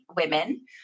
women